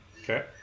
Okay